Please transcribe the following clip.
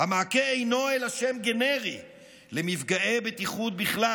המעקה אינו אלא שם גנרי לנפגעי בטיחות בכלל,